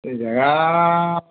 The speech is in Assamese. এই জেগা